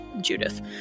Judith